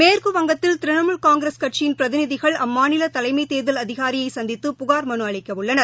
மேற்குவங்கத்தில் திரிணமூல் காங்கிரஸ் கட்சியின் பிரதிநிதிகள் அம்மாநிலதலைமைதோதல் அதிகாரியைசந்தித்து புகார் மனுஅளிக்கவுள்ளனர்